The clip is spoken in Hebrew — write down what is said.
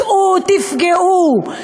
צאו תפגעו,